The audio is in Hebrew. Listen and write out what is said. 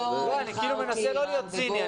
אני מנסה לא להיות ציני.